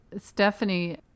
stephanie